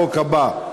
החוק הבא,